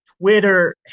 Twitter